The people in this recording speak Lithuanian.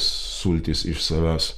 sultis iš savęs